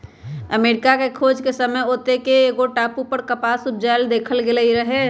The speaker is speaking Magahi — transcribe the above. अमरिका के खोज के समय ओत्ते के एगो टापू पर कपास उपजायल देखल गेल रहै